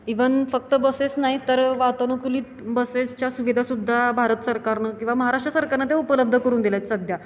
even फक्त buses नाहीत तर वातानुकुलीत बसेसच्या सुविधासुद्धा भारत सरकारनं किंवा महाराष्ट्र सरकारनं ते उपलब्ध करून दिल्यात सध्या